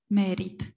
merit